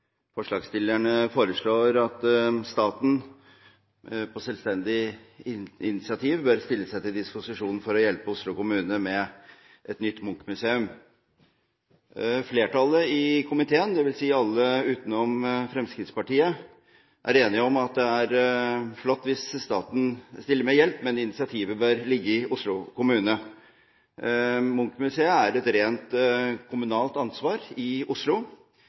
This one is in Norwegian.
Forslagsstillerne foreslår at staten på selvstendig initiativ bør stille seg til disposisjon for å hjelpe Oslo kommune med et nytt Munch-museum. Flertallet i komiteen, dvs. alle utenom Fremskrittspartiet, er enige om at det er flott hvis staten stiller med hjelp. Men initiativet bør ligge i Oslo kommune. Munch-museet er et rent kommunalt ansvar i Oslo,